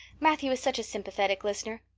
matthew is such a sympathetic listener.